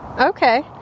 Okay